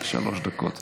שלוש דקות.